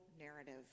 narrative